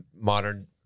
modern